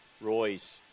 Roy's